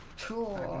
to